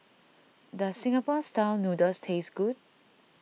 does Singapore Style Noodles taste good